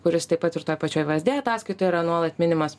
kuris taip pat ir toj pačioj vė esdė ataskaitoje yra nuolat minimas